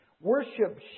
Worship